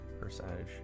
percentage